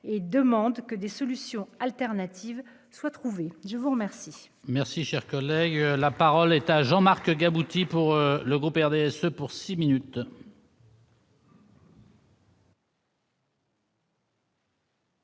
et demande que des solutions alternatives : soit trouvées, je vous remercie.